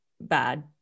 bad